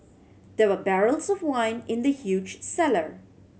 there were barrels of wine in the huge cellar